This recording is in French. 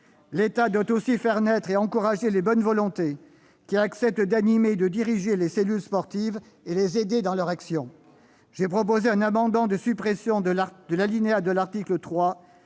L'État doit aussi faire naître et encourager les bonnes volontés qui acceptent d'animer et de diriger les cellules sportives et les aider dans leur action. J'ai déposé un amendement de suppression de l'alinéa de l'article 3